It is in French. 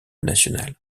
national